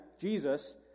Jesus